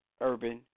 Urban